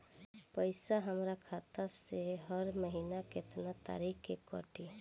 पैसा हमरा खाता से हर महीना केतना तारीक के कटी?